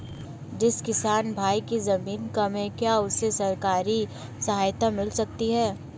जिस किसान भाई के ज़मीन कम है क्या उसे सरकारी सहायता मिल सकती है?